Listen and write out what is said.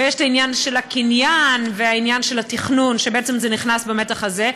ויש את העניין של הקניין והעניין של התכנון שבעצם זה נכנס במתח הזה,